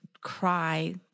cry